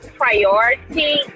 Priority